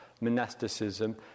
monasticism